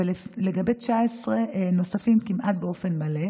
ולגבי 19 נוספים כמעט באופן מלא,